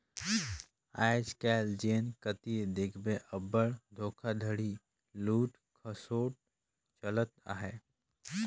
आएज काएल जेन कती देखबे अब्बड़ धोखाघड़ी, लूट खसोट चलत अहे